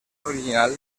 original